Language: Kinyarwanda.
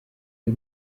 y’u